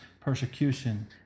persecution